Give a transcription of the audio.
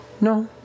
No